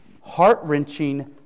Heart-wrenching